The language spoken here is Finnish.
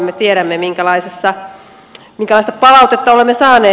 me tiedämme minkälaista palautetta olemme saaneet